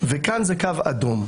וכאן זה קו אדום.